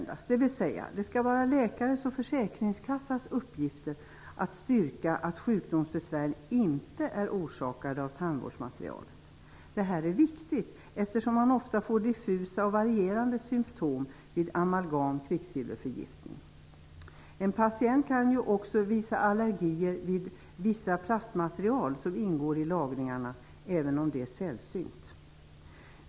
Det betyder att det skall vara läkarens och försäkringskassans uppgift att styrka att sjukdomsbesvär inte är orsakade av tandvårdsmaterialet. Det är viktigt eftersom man ofta får diffusa och varierande symtom vid kvicksilverförgiftning. En patient kan också visa allergier på grund av vissa plastmaterial som ingår i lagningarna, även om det är sällsynt.